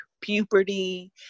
puberty